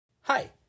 Hi